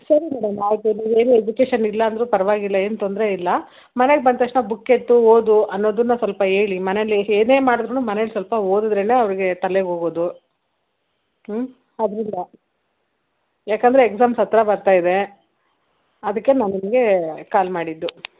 ಸರಿ ಮೇಡಮ್ ಆಯಿತು ನೀವೇನು ಎಜುಕೇಶನ್ ಇಲ್ಲಾಂದರೂ ಪರವಾಗಿಲ್ಲ ಏನು ತೊಂದರೆಯಿಲ್ಲ ಮನೆಗೆ ಬಂದ ತಕ್ಷಣ ಬುಕ್ಕೆತ್ತು ಓದು ಅನ್ನೋದನ್ನ ಸ್ವಲ್ಪ ಹೇಳಿ ಮನೇಲಿ ಏನೇ ಮಾಡ್ದ್ರೂ ಮನೇಲಿ ಸ್ವಲ್ಪ ಓದದ್ರೇ ಅವ್ರಿಗೆ ತಲೆಗೋಗೋದು ಹ್ಞೂ ಅದರಿಂದ ಯಾಕಂದರೆ ಎಕ್ಸಾಮ್ಸ್ ಹತ್ತಿರ ಬರ್ತಾಯಿದೆ ಅದಕ್ಕೆ ನಾನು ನಿಮಗೆ ಕಾಲ್ ಮಾಡಿದ್ದು